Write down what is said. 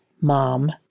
mom